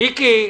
רק בחקיקה.